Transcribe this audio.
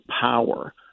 power